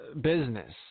business